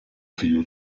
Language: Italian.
figlio